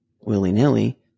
willy-nilly